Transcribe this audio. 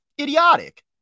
idiotic